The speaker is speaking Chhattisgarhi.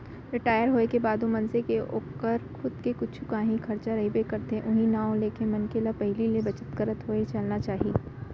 रिटायर होए के बादो मनसे के ओकर खुद के कुछु कांही खरचा रहिबे करथे उहीं नांव लेके मनखे ल पहिली ले बचत करत होय चलना चाही